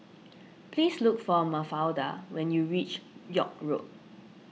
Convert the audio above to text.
please look for Mafalda when you reach York Road